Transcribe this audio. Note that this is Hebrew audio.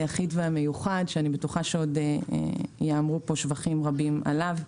היחיד והמיוחד שאני בטוחה שייאמרו פה שבחים רבים עליו.